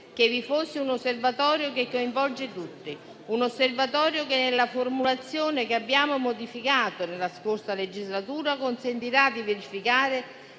che vi fosse un osservatorio che coinvolge tutti; un osservatorio che, nella formulazione che abbiamo modificato nella scorsa legislatura, consentirà di verificare